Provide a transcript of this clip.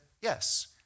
Yes